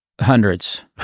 Hundreds